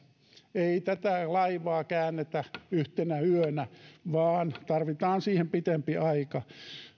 ei tätä laivaa käännetä yhtenä yönä vaan siihen tarvitaan pitempi aika